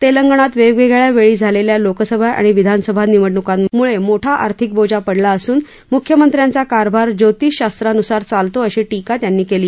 तेलंगणात वेगवेगळ्या वेळी झालेल्या लोकसभा आणि विधानसभा निवडणूकांमुळे मोठा आर्थिक बोजा पडला असून मुख्यमंत्र्याचा कारभार ज्योतिषशास्त्रानुसार चालतो अशी टीका त्यांनी केली